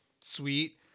sweet